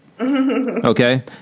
okay